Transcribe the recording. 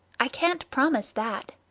i can't promise that.